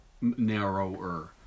narrower